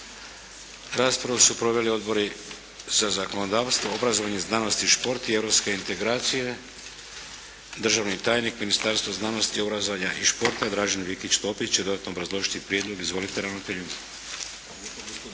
Raspravu su proveli odbori za zakonodavstvo, obrazovanje, znanost i šport i europske integracije. Državni tajnik Ministarstva znanosti, obrazovanja i športa Dražen Vikić-Topić će dodatno obrazložiti prijedlog. Izvolite ravnatelju.